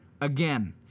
again